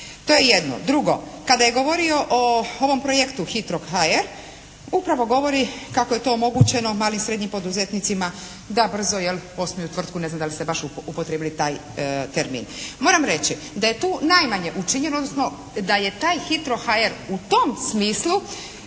To je jedno. Drugo. Kada je govorio o ovom projektu «Hitro HR» upravo govori kako je to omogućeno malim i srednjim poduzetnicima da brzo jel' osnuju tvrtku. Ne znam da li ste baš upotrijebili taj termin. Moram reći da je tu najmanje učinjeno odnosno da je taj «Hitro HR» u tom smislu